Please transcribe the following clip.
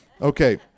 Okay